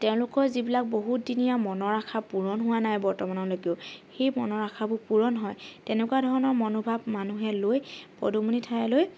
তেওঁলোকৰ যিবিলাক বহুতদিনীয়া মনৰ আশা পূৰণ হোৱা নাই বৰ্তমানলৈকেও সেই মনৰ আশাবোৰ পূৰণ হয় তেনেকুৱা ধৰণৰ মনোভাৱ মানুহে লৈ পদুমণি ঠাইলৈ